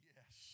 Yes